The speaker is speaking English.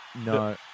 No